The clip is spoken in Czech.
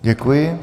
Děkuji.